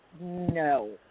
No